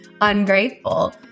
ungrateful